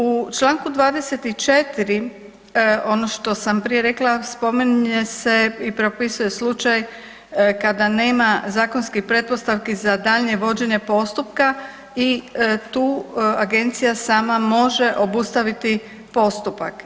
U Članku 24. ono što sam prije rekla spominje se i propisuje slučaj kada nema zakonskih pretpostavi za daljnje vođenje postupka i tu agencija sama može obustaviti postupak.